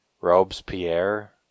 Robespierre